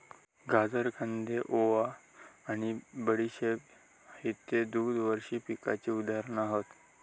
गाजर, कांदे, ओवा आणि बडीशेप हयते द्विवार्षिक पिकांची उदाहरणा हत